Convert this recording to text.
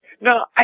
No